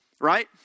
right